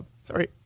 sorry